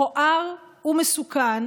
מכוער ומסוכן